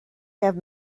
have